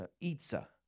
Itza